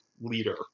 leader